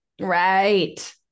Right